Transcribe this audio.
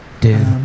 Dude